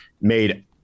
made